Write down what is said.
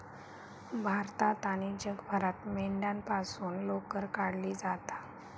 भारतात आणि जगभरात मेंढ्यांपासून लोकर काढली जाता